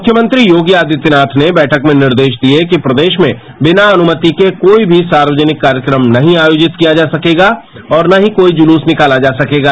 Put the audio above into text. मुख्यमंत्री योगी आदित्यनाथ ने बैठक में निर्देश रिए कि प्रदेश में बिना अनुमति के कोई भी सार्वजनिक कार्यक्रम नहीं आयोजित किया जा सकेगा और ना ही कोई जुलूस निकाला जा सकेगा